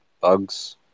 bugs